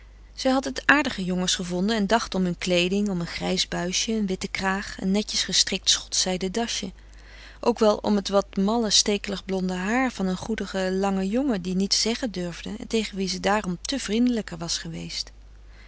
zij had het aardige jongens gevonden en dacht om hun kleeding om een grijs buisje een witte kraag een netjes gestrikt schots zijden dasje ook wel om het wat malle stekelig blonde haar van een goedige lange jongen die niets zeggen durfde en tegen wie ze daarom te vrindelijker was geweest